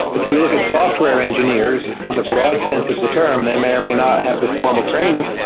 if you look at software engineers in the broadest sense of the term, they may or may not have the formal training.